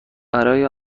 برای